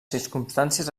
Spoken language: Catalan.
circumstàncies